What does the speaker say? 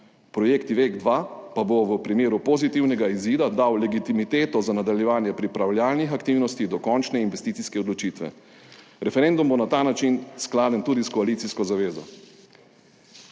projekt JEK2 pa bo v primeru pozitivnega izida dal legitimiteto za nadaljevanje pripravljalnih aktivnosti do končne investicijske odločitve. Referendum bo na ta način skladen tudi s koalicijsko zavezo.